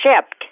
shipped